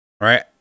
Right